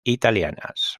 italianas